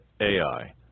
Ai